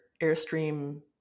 Airstream